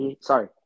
Sorry